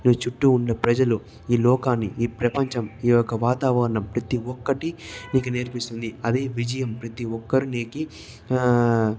నీ చుట్టూ ఉన్న ప్రజలు ఈ లోకాన్ని ఈ ప్రపంచం ఈ యొక్క వాతావరణం ప్రతి ఒక్కటి నీకు నేర్పిస్తుంది అదే విజయం ప్రతి ఒక్కరు నీకు